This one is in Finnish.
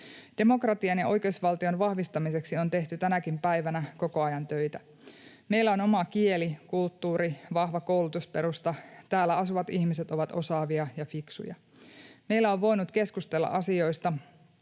Demokratian ja oikeusvaltion vahvistamiseksi on tehty tänäkin päivänä koko ajan töitä. Meillä on oma kieli, kulttuuri, vahva koulutusperusta. Täällä asuvat ihmiset ovat osaavia ja fiksuja. Meillä on voinut keskustella asioista,